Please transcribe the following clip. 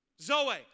Zoe